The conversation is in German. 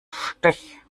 stich